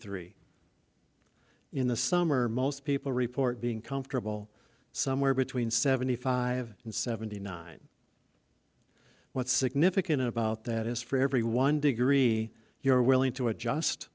three in the summer most people report being comfortable somewhere between seventy five and seventy nine what's significant about that is for every one degree you're willing to adjust